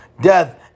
death